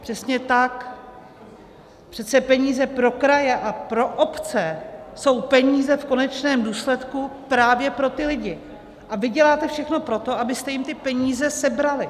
Přesně tak, přece peníze pro kraje a pro obce jsou peníze v konečném důsledku právě pro ty lidi, a vy děláte všechno pro to, abyste jim ty peníze sebrali.